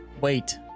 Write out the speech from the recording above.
wait